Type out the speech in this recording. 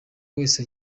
wese